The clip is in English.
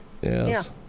Yes